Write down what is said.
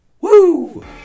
Woo